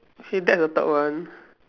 K that's the third one